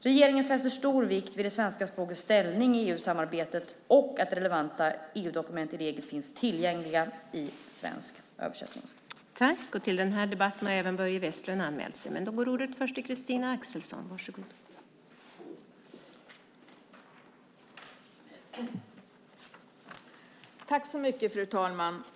Regeringen fäster stor vikt vid det svenska språkets ställning i EU-samarbetet och att relevanta EU-dokument i regel finns tillgängliga i svensk översättning.